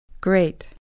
Great